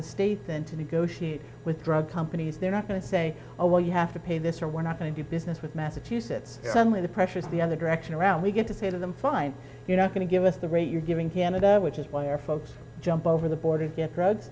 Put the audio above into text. a state then to negotiate with drug companies they're not going to say oh well you have to pay this or we're not going to do business with massachusetts suddenly the pressure is the other direction around we get to say to them fine you're not going to give us the rate you're giving canada which is why our folks jump over the border to get drugs